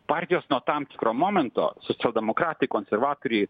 partijos nuo tam tikro momento socialdemokratai konservatoriai